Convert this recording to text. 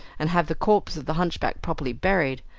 and have the corpse of the hunchback properly buried,